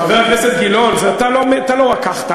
חבר הכנסת גילאון, זה אתה לא רקחת.